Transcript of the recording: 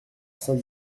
saint